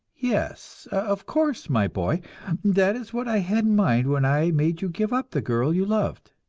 yes, of course, my boy that is what i had in mind when i made you give up the girl you loved?